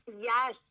Yes